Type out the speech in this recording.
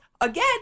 again